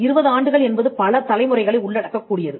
20 ஆண்டுகள் என்பது பல தலைமுறைகளை உள்ளடக்கக் கூடியது